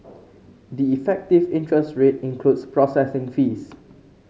the effective interest rate includes processing fees